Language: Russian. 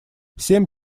всем